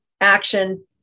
action